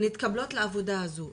שהן מתקבלות לעבודה הזאת.